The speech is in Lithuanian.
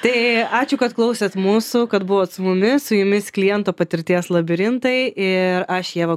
tai ačiū kad klausėt mūsų kad buvot su mumis su jumis kliento patirties labirintai ir aš ieva